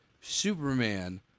Superman